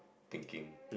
thinking